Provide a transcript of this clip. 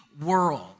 world